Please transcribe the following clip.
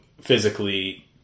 physically